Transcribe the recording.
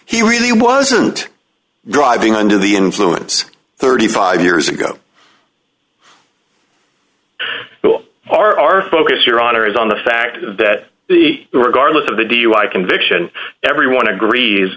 he really wasn't driving under the influence thirty five years ago still are our focus your honor is on the fact that the regardless of the dui conviction everyone agrees